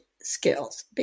skills